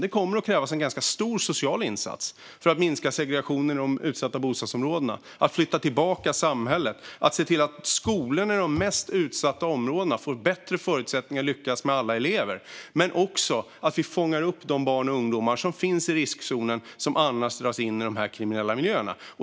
Det kommer att krävas en ganska stor social insats för att minska segregationen i de utsatta bostadsområdena, flytta tillbaka samhället och se till att skolorna i de mest utsatta områdena får bättre förutsättningar att lyckas med alla elever liksom att vi också fångar upp de barn och ungdomar som finns i riskzonen och annars skulle dras in i de kriminella miljöerna.